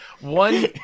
one